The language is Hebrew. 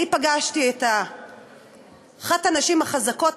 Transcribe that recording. אני פגשתי את אחת הנשים החזקות,